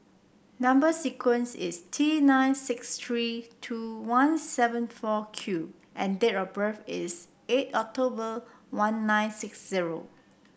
number sequence is T nine six three two one seven four Q and date of birth is eight October one nine six zero